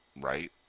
right